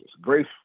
Grace